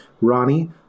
Ronnie